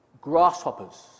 grasshoppers